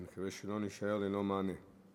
אני מקווה שלא נישאר ללא מענה.